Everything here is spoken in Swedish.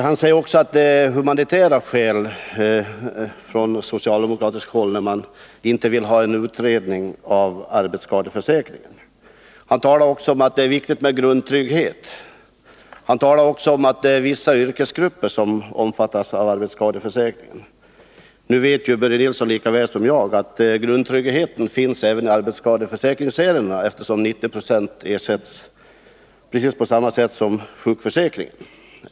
Börje Nilsson säger att det är av humanitära skäl som man från socialdemokratiskt håll inte vill ha en utredning om arbetsskadeförsäkringen. Vidare talade han om att det är viktigt med grundtrygghet och att det är vissa yrkesgrupper som omfattas av arbetsskadeförsäkringen. Nu vet Börje Nilsson lika väl som jag att grundtryggheten finns även i arbetsskadeförsäkringsärendena, eftersom 90 96 ersätts precis på samma sätt som enligt sjukförsäkringen.